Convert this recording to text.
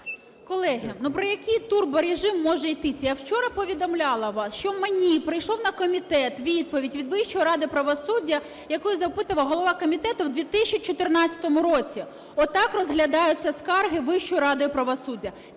Колеги, ну про який турборежим може йтися? Я вчора повідомляла вас, що мені прийшла на комітет відповідь від Вищої ради правосуддя, яку запитував голова комітету у 2014 році. Отак розглядаються скарги Вищої ради правосуддя,